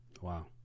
Wow